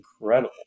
incredible